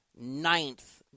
ninth